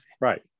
Right